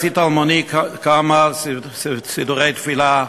הצית אלמוני כמה סידורי תפילה.